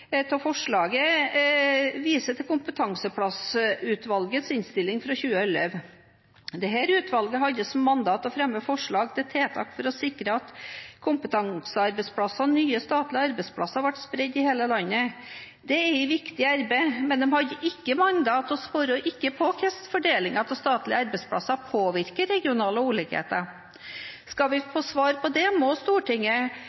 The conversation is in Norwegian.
viser til kompetansearbeidsplassutvalgets innstilling fra 2011. Dette utvalget hadde som mandat å fremme forslag til tiltak for å sikre at kompetansearbeidsplasser og nye statlige arbeidsplasser ble spredt i hele landet. Det er et viktig arbeid, men de hadde ikke som mandat og svarte ikke på hvordan fordelingen av statlige arbeidsplasser påvirker regionale ulikheter. Skal vi